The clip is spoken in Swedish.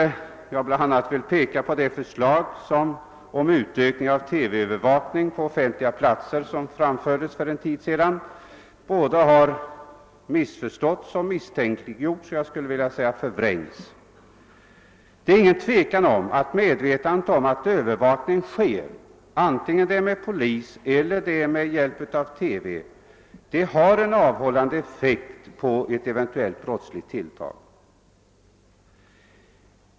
Jag vill bl.a. peka på det förslag om utökning av TV-övervakningen på offentliga platser som framfördes för en tid sedan och som både har missförståtts och misstänkliggjorts, för att inte säga förvrängts. Det är ingen tvekan om att medvetandet om att övervakning förekommer, vare sig den sker av polis eller med hjälp av TV, har en avhållande effekt när det gäller brottslighet.